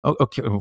okay